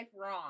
wrong